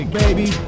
baby